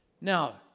Now